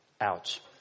Ouch